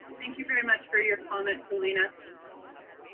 thank you very much for your comment, felina.